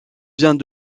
vient